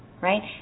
right